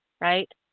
right